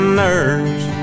nerves